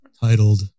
titled